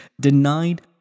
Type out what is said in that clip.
denied